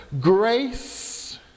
Grace